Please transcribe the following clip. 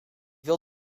wil